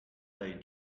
dai